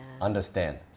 understand